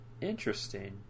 interesting